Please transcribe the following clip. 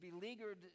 beleaguered